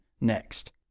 next